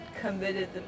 committed